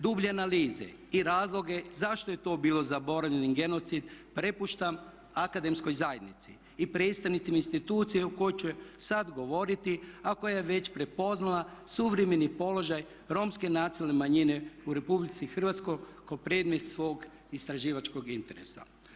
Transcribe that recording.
Dublje analize i razloge zašto je to bilo zaboravljen genocid prepuštam akademskoj zajednici i predstavnicima institucije o kojoj ću sada govoriti a koja je već prepoznala suvremeni položaj Romske nacionalne manjine u Republici Hrvatskoj kao predmet svog istraživačkog interesa.